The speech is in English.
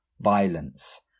violence